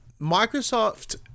Microsoft